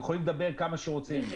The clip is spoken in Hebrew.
יכולים לדבר כמה שרוצים,